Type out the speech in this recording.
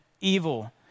evil